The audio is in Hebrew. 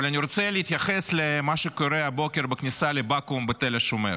אבל אני רוצה להתייחס למה שקורה הבוקר בכניסה לבקו"ם בתל השומר,